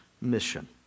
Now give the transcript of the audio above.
mission